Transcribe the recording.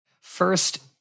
First